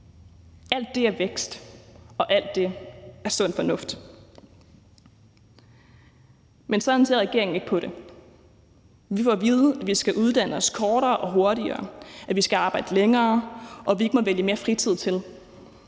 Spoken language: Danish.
Alt det er vækst, og alt det er sund fornuft. Men sådan ser regeringen ikke på det. Vi får at vide, at vi skal uddanne os kortere og hurtigere, at vi skal arbejde længere, og at vi ikke må vælge mere fritid til,